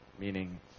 Meaning